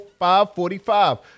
545